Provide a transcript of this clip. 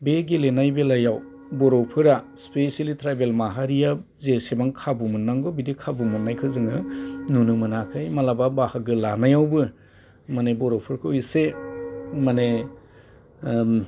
बे गेलेनाय बेलायाव बर'फोरा स्पेसियेलि ट्राइबेल माहारिया जेसेबां खाबु मोननांगो बिदि खाबु मोननायखो जोङो नुनो मोनाखै मालाबा बाहागो लानायावबो माने बर'फोरखौ एसे माने